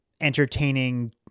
entertaining